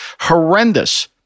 horrendous